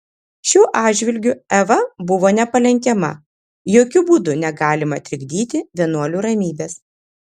šiuo atžvilgiu eva buvo nepalenkiama jokiu būdu negalima trikdyti vienuolių ramybės